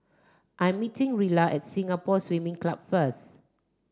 I'm meeting Rilla at Singapore Swimming Club first